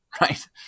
right